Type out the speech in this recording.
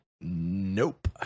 Nope